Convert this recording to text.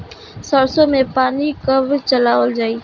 सरसो में पानी कब चलावल जाई?